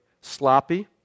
sloppy